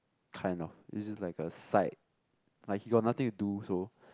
kind of is it like a side like he got nothing to do so